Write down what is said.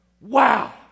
Wow